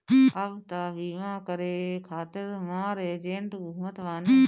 अब तअ बीमा करे खातिर मार एजेन्ट घूमत बाने